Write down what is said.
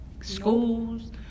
schools